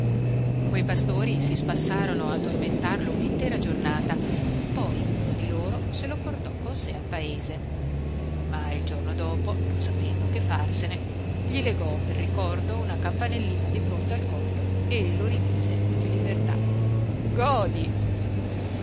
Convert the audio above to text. quei pastori si spassarono a tormentarlo un'intera giornata poi uno di loro se lo portò con sé al paese ma il giorno dopo non sapendo che farsene gli legò per ricordo una campanellina di bronzo al collo e lo rimise in libertà godi